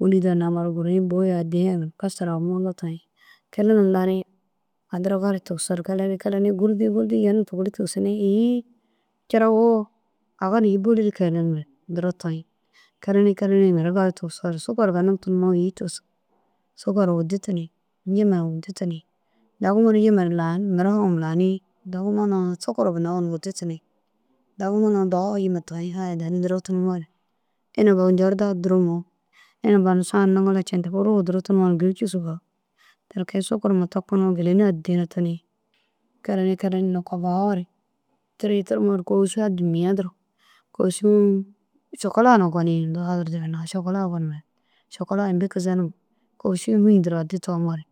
wîni daha namare guriĩ buu addi ye kasara mundu toyiĩ kelenim laniĩ addira gala tigisoo keleni keleni gûrdiĩ gûrdiĩ yenim tûkuli tigisinni îyiĩ cirawoo aga ru îyiĩ bôli ru kelenimare duro toyiĩ. Keleniĩ keleniĩ mire gali tigisoore sukar ganum tunumoo îyiĩ tigisig sukaru wudu tuniĩ yiima na wudu tuniĩ dagimoo na yiima na lanu mire na lanu dagimoo na sukaru ginna woo na wudu tuniĩ. Dagimoo na sukaru dawe tuniĩ aya danni duro tunumoore iniba njorda duro mûyiĩ iniba saru niŋila cendig uruu duro tunuwoo na giri cussu gissig. Ti kee sukur huma tokinoo gîleni addi na tuniĩ kelenii kelenii nokoo bahoore tîri tirimoore kôša addimiya duro kôšu cokola na goni indoo fadirde bênna ši cokola gonumere imbi kizenimare kôšu fîi duro addi tomoore.